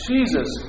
Jesus